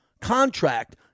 contract